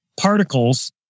particles